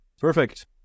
perfect